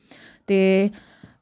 ते